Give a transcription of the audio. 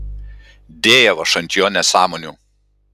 dėjau aš ant jo nesąmonių